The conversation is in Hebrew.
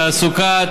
תעסוקה,